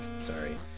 Sorry